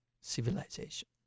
Civilization